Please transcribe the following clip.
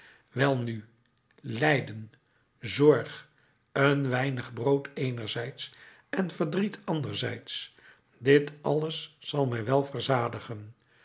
welnu lijden zorg een weinig brood eenerzijds en verdriet anderzijds dit alles zal mij wel verzadigen